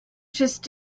just